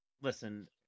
listen